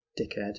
dickhead